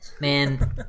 Man